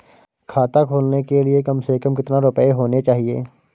खाता खोलने के लिए कम से कम कितना रूपए होने चाहिए?